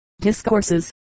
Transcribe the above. Discourses